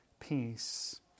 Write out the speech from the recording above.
Peace